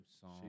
song